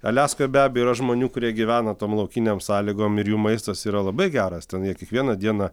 aliaskoje be abejo yra žmonių kurie gyvena tom laukinėm sąlygom ir jų maistas yra labai geras ten jie kiekvieną dieną